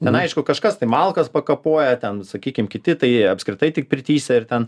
ten aišku kažkas tai malkas pakapoja ten sakykim kiti tai apskritai tik pirtyse ir ten